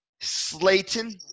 Slayton